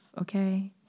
okay